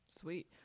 sweet